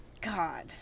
God